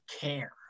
care